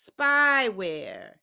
spyware